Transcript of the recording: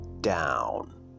down